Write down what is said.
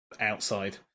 outside